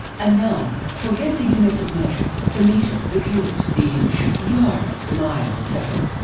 and now forget the units of measure, the meter, the cubit, the inch, the yard, the mile etc.